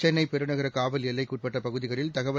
சென்னைபெருநகரகாவல் எல்லைக்குஉட்பட்டபகுதிகளில் தகவல்